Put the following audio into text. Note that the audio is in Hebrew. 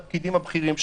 לפקידים הבכירים שלנו.